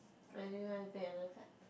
I didn't want to pick another fight